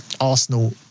Arsenal